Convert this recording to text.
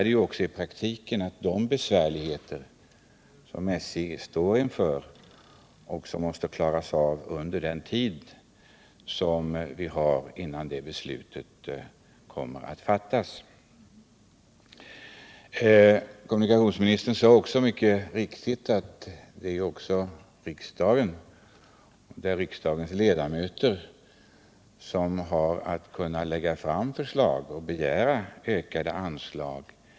Det gäller i praktiken också de problem som SJ nu står inför och som måste klaras av innan något nytt trafikpolitiskt beslut kommer att fattas. Kommunikationsministern sade också mycket riktigt att riksdagens ledamöter kan lägga fram förslag och begära ökade anslag.